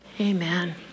amen